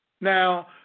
Now